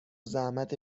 زحمت